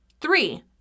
Three